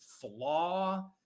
Flaw